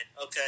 okay